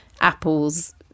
Apple's